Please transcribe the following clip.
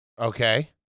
Okay